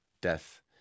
death